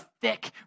thick